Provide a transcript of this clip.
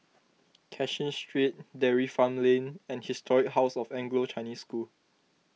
Cashin Street Dairy Farm Lane and Historic House of Anglo Chinese School